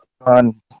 on